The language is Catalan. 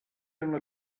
una